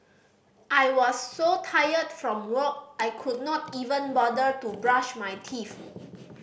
I was so tired from work I could not even bother to brush my teeth